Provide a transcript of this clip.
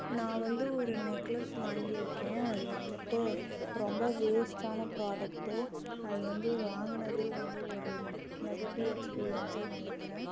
நான் வந்து ஒரு நெக்லஸ் வாங்கியிருக்கேன் அது வந்துட்டு ரொம்ப வேஸ்ட்டான ப்ராடக்ட்டு அது வந்து வாங்கினதே வந்து ஒரு நெகடிவ் எக்ஸ்பிரியன்ஸாக நினக்கிறேன்